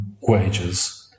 wages